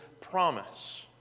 promise